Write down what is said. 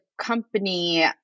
company –